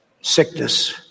Sickness